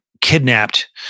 kidnapped